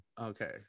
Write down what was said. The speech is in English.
Okay